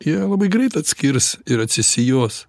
jie labai greit atskirs ir atsisijos